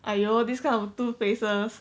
!aiyo! this kind of two faces